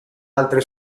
altre